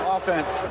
Offense